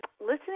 listening